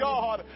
God